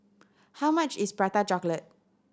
how much is Prata Chocolate